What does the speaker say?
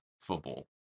football